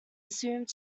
assumed